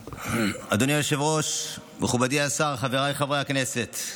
אדוני היושב-ראש, מכובדי השר, חבריי חברי הכנסת,